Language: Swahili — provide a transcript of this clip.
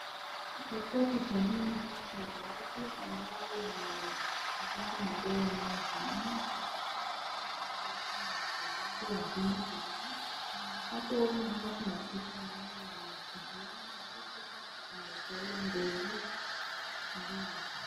Katika picha hii naona kuna watu ambao wamevaa manguo yanayofanana na inaonekana kuwa hawa watu ni wachezaji wa timu fulani na hapo naona kuna kitu ambayo wameshikilia na hii kitu imechorwa ndovu mbili.